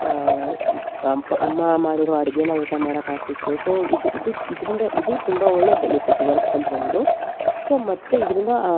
ಅಪ್ಪ ಅಮ್ಮ ಮಾಡಿರುವ ಅಡುಗೆ ಊಟ ಮಾಡೋಕ್ ಆಗ್ತಿತ್ತು ಸೊ ಇದು ಇದು ಇದ್ರಿಂದ ಇದು ತುಂಬ ಒಳ್ಳೆ ಬೆನಿಫಿಟ್ ವರ್ಕ್ ಫ್ರಮ್ ಹೋಮ್ದು ಸೊ ಮತ್ತು ಇದರಿಂದ